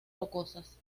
rocosas